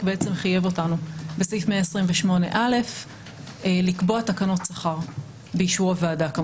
חייב אותנו בסעיף 128א לקבוע תקנות שכר באישור הוועדה.